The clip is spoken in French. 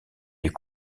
les